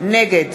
נגד